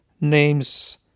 names